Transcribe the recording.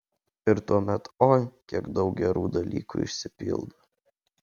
ir tuomet oi kiek daug gerų dalykų išsipildo